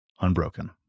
unbroken